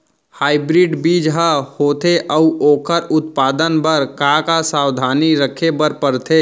Hybrid बीज का होथे अऊ ओखर उत्पादन बर का का सावधानी रखे बर परथे?